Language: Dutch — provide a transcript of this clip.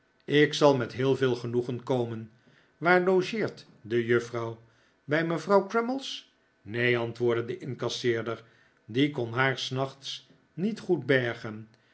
ik zal met heel veel genoegen komen waar logeert de juffrouw bij mevrouw crummies neen antwoordde de incasseerder die kon haar s nachts niet goed bergen